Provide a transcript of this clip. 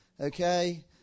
Okay